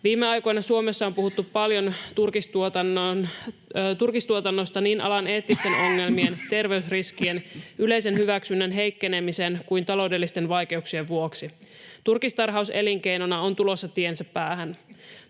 Viime aikoina Suomessa on puhuttu paljon turkistuotannosta niin alan eettisten ongelmien, terveysriskien, yleisen hyväksynnän heikkenemisen kuin taloudellisten vaikeuksien vuoksi. Turkistarhaus elinkeinona on tulossa tiensä päähän.